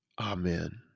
Amen